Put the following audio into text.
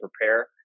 prepare